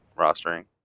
rostering